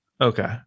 Okay